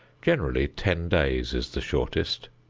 generally ten days is the shortest.